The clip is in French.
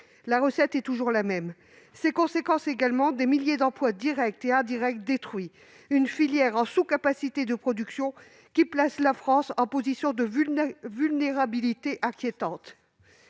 la recette est toujours la même ! Les conséquences ne varient pas non plus. Des milliers d'emplois directs et indirects sont détruits. La filière est en sous-capacité de production, ce qui place la France en position de vulnérabilité inquiétante.